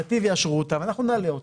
נתיב יאשרו אותם ואנחנו נעלה אותם.